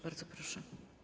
Bardzo proszę.